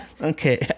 Okay